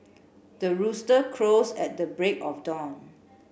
the rooster crows at the break of dawn